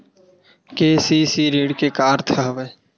KCC ऋण के का अर्थ हवय?